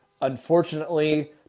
Unfortunately